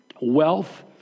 wealth